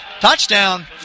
Touchdown